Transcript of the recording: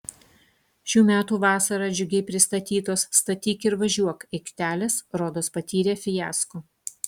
šių metų vasarą džiugiai pristatytos statyk ir važiuok aikštelės rodos patyrė fiasko